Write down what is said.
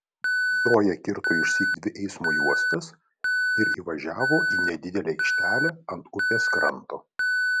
zoja kirto išsyk dvi eismo juostas ir įvažiavo į nedidelę aikštelę ant upės kranto